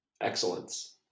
excellence